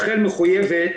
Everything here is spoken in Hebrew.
רח"ל מחויבת